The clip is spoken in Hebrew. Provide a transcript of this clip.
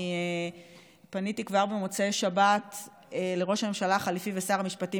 אני פניתי כבר במוצאי שבת לראש הממשלה החליפי ושר המשפטים